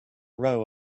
row